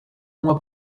mois